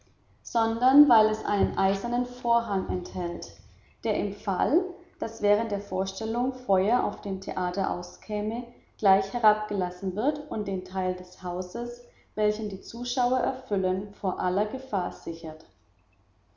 sondern weil es einen eisernen vorhang enthält der im fall daß während der vorstellung feuer auf dem theater auskäme sogleich herabgelassen wird und den teil des hauses welchen die zuschauer erfüllen vor aller gefahr sichert